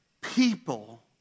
people